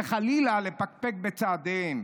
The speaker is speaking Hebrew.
וחלילה לפקפק בצעדיהם.